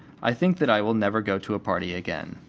i think that i will never go to a party again.